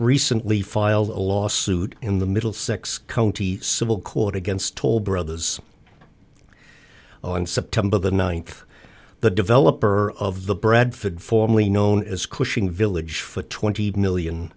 recently filed a lawsuit in the middle sex county civil court against toll brothers on september the ninth the developer of the bradford formally known as cushing village for twenty million